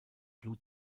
blue